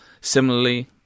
Similarly